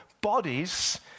bodies